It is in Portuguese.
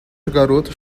garotas